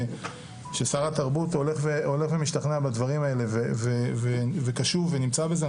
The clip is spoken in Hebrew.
ששר התרבות הולך ומשתכנע בדברים האלה וקשוב ונמצא בזה.